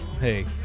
Hey